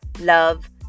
love